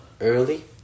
early